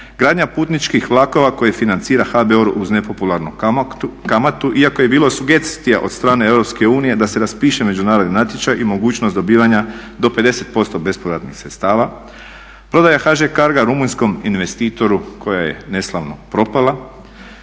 Gradnja putničkih vlakova koje financira HBOR uz nepopularnu kamatu iako je bilo sugestija od strane EU da se raspiše međunarodni natječaj i mogućnost dobivanja do 50% bespovratnih sredstava. Prodaja HŽ Cargo-a rumunjskom investitoru koja je neslavno propala.